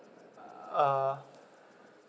uh